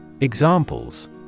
Examples